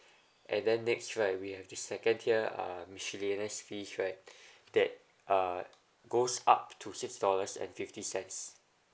and then next right we have the second tier uh miscellaneous fee right that uh goes up to six dollars and fifty cents